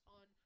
on